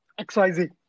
XYZ